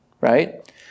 right